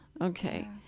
okay